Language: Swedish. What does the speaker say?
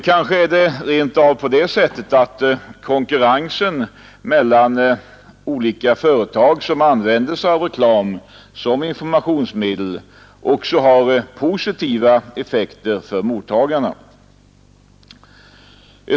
Kanske är det rent av på det sättet, att konkurrensen mellan de olika företag som använder sig av reklam som informationsmedel också har positiva effekter för mottagarna.